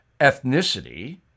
ethnicity